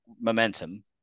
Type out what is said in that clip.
momentum